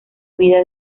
vida